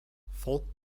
folk